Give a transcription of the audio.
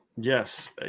Yes